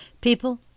People